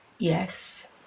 yes